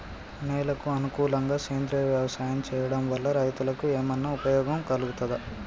నేలకు అనుకూలంగా సేంద్రీయ వ్యవసాయం చేయడం వల్ల రైతులకు ఏమన్నా ఉపయోగం కలుగుతదా?